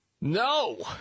No